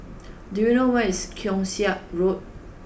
do you know where is Keong Saik Road